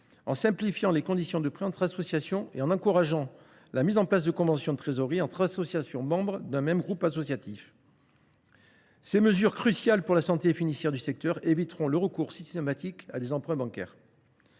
en simplifiant les conditions de prêt entre associations et en encourageant la mise en place de conventions de trésorerie entre associations membres d’un même groupe associatif. Ces mesures, cruciales pour la santé financière du secteur, éviteront le recours systématique à des emprunts bancaires.